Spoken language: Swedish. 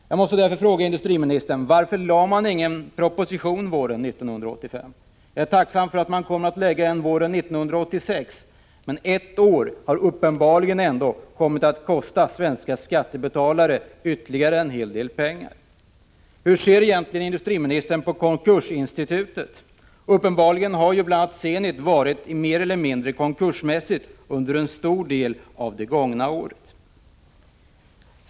Jag måste fråga industriministern: Varför lade regeringen inte fram någon proposition våren 1985? Jag är tacksam för att regeringen kommer att lägga fram en proposition våren 1986, men ett år har uppenbarligen kommit att kosta svenska skattebetalare ytterligare en hel del pengar. Hur ser industriministern egentligen på konkursinstitutet? Zenit var mer eller mindre konkursmässigt under en stor del av det gångna året.